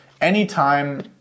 Anytime